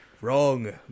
Wrong